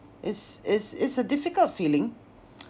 it's it's it's a difficult feeling